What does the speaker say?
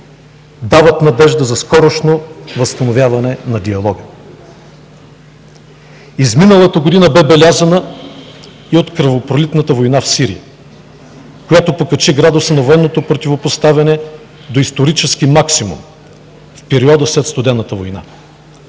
дават надежда за скоростно възстановяване на диалога. Изминалата година бе белязана и от кръвопролитната война в Сирия, която покачи градуса на военното противопоставяне до исторически максимум в периода след Студената война.